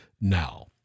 now